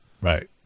Right